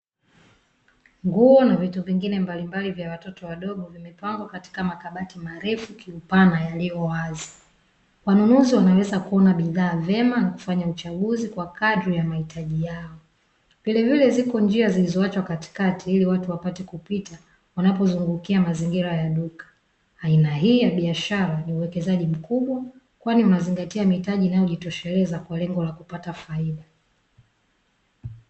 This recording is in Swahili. Nguo na vitu vingine mbalimbali vya watoto wadogo vimepangwa katika makabati marefu kiupana yaliyo wazi. Wanunuzi wanaweza kuona bidhaa vema na kufanya uchaguzi kwa kadri ya mahitaji yao, vilevile ziko njia zilizoachwa katikati ili watu wapate kupita wanapozungukia mazingira ya duka. Aina hii ya biashara, ni uwekezaji mkubwa, kwani unazingatia mitaji inayojitosheleza, kwa lengo la kupata faida.